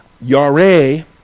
Yare